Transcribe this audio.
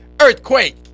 Earthquake